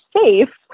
safe